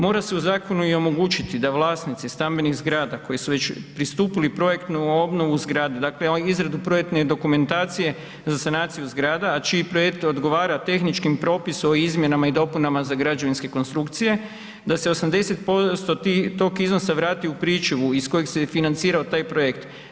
Mora se u zakonu i omogućiti da vlasnici stambenih zgrada koji su već pristupili projektnu obnovu zgrade, dakle izradu projektne dokumentacije za sanaciju zgrada, a čiji projekt odgovara tehničkom Propisu o izmjenama i dopunama za građevinske konstrukcije, da se 80% tog iznosa vrati u pričuvu iz kojeg se i financirao taj projekt.